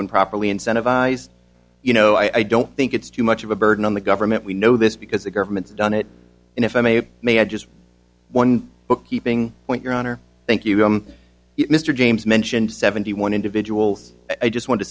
when properly and you know i don't think it's too much of a burden on the government we know this because the government's done it and if i may may i just one bookkeeping point your honor thank you mr james mentioned seventy one individuals i just want to